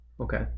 Okay